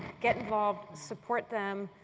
get involved, support them.